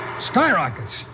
Skyrockets